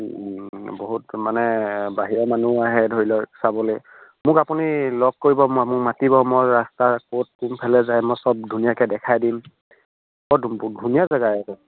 বহুত মানে বাহিৰা মানুহো আহে ধৰি লওক চাবলৈ মোক আপুনি লগ কৰিব মই মোক মাতিব মই ৰাস্তা ক'ত কোনফালে যায় মই সব ধুনীয়াকৈ দেখাই দিম বৰ ধুনীয়া জেগা